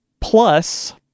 plus